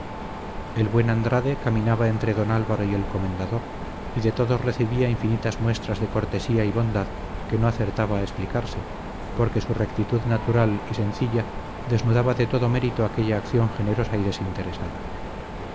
el buen andrade caminaba entre don álvaro y el comendador y de todos recibía infinitas muestras de cortesía y bondad que no acertaba a explicarse porque su rectitud natural y sencilla desnudaba de todo mérito aquella acción generosa y desinteresada